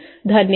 धन्यवाद